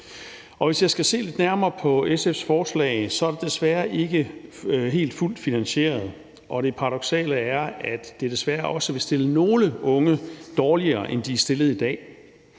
Hvis jeg skal se lidt nærmere på SF's forslag, er det desværre ikke helt fuldt finansieret, og det paradoksale er, at det desværre også vil stille nogle unge dårligere, end de er stillet i dag.